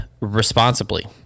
responsibly